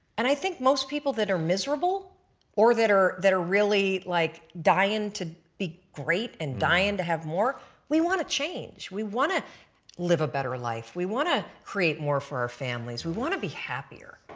and i think most people that are miserable or that or that are really like dying to be great and dying to have more we want to change, we want to live a better life, we want to create more for our families, we want to be happier.